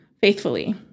faithfully